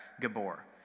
Gabor